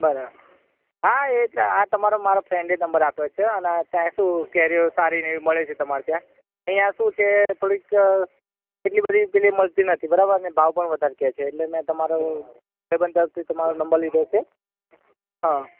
બરાબર હા એટલે આ તમારો મારા ફ્રેન્ડે નંબર આપ્યો છે અને ત્યાં શું કેરીઓ સારી અને એવી મળે છે અમારે ત્યાં અહીંયા શું છે થોડીક એટલી બધી પેલી મળતી નથી બરાબર અને ભાવ પણ વધારે કહે છે એટલે મેં તમારા ભાઈબંધ તરફથી તમારો નંબર લીધો છે હા